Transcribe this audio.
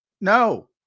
No